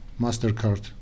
MasterCard